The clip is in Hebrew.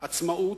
עצמאות,